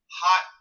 hot